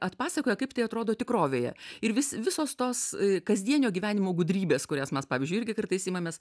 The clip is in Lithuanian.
atpasakojo kaip tai atrodo tikrovėje ir vis visos tos kasdienio gyvenimo gudrybės kurias mes pavyzdžiui irgi kartais imamės